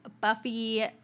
Buffy